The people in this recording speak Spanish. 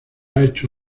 hecho